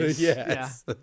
Yes